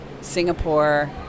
Singapore